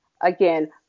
Again